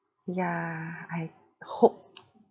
ya I hope